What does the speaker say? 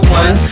one